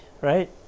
right